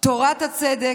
תורת צדק,